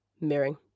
Mirroring